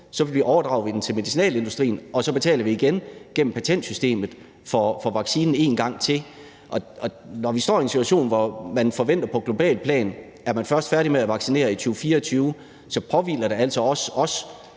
så overdrager vi den til medicinalindustrien, og så betaler vi igen gennem patentsystemet for vaccinen. Og når vi står i en situation, hvor man forventer at man på globalt plan først er færdige med at vaccinere i 2024, så påhviler der os altså også